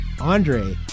Andre